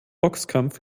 boxkampf